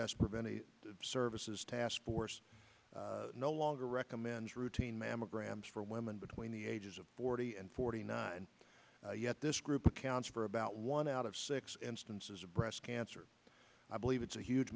s preventive services task force no longer recommends routine mammograms for women between the ages of forty and forty nine yet this group accounts for about one out of six instances of breast cancer i believe it's a huge